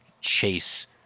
chase